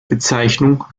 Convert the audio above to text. bezeichnung